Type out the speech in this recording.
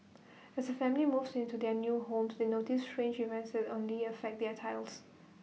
as A family moves into their new home to they notice strange events only affect their tiles